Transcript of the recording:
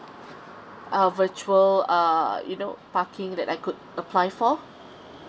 uh virtual uh you know parking that I could apply for